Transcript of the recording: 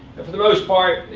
for the most part,